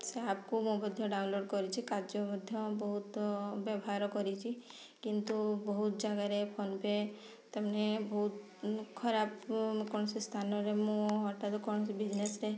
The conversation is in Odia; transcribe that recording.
ସେ ଆପ୍କୁ ମୁଁ ମଧ୍ୟ ଡ଼ାଉନଲୋଡ଼୍ କରିଛି କାର୍ଯ୍ୟ ମଧ୍ୟ ବହୁତ ବ୍ୟବହାର କରିଛି କିନ୍ତୁ ବହୁତ ଜାଗାରେ ଫୋନ୍ପେ ତାମାନେ ବହୁତ ଖରାପ କୌଣସି ସ୍ଥାନରେ ମୁଁ ହଠାତ୍ କୌଣସି ବିଜନେସ୍ରେ